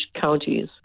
counties